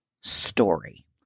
story